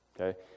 Okay